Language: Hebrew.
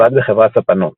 עבד בחברת ספנות.